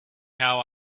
how